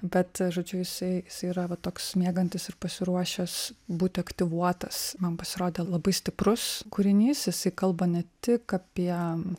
bet žodžiu jisai yra va toks miegantis ir pasiruošęs būti aktyvuotas man pasirodė labai stiprus kūrinys jisai kalba ne tik apie